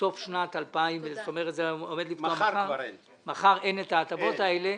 מחר אין הטבות אלה.